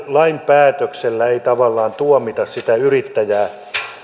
lain päätöksellä ei tavallaan tuomita sitä yrittäjää